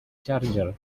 charger